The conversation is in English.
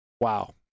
Wow